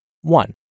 One